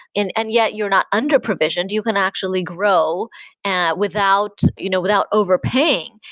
and and yet you are not under provisioned. you can actually grow and without you know without overpaying,